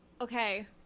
Okay